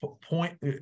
point